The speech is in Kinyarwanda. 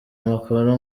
amakuru